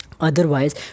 Otherwise